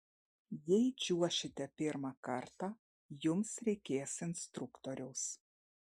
jei čiuošite pirmą kartą jums reikės instruktoriaus